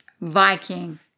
Viking